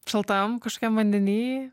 šaltam kažkokiam vandeny